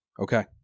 Okay